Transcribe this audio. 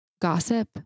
gossip